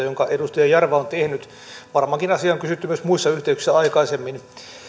jonka edustaja jarva on tehnyt varmaankin asiaa on kysytty myös muissa yhteyksissä aikaisemmin